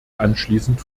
anschließend